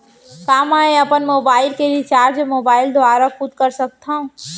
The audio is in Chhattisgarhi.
का मैं अपन मोबाइल के रिचार्ज मोबाइल दुवारा खुद कर सकत हव?